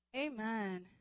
Amen